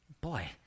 Boy